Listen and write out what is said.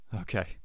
Okay